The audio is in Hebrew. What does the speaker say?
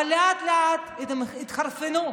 לאט-לאט התחרפנו,